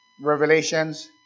Revelations